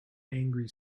angry